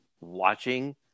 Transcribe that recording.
watching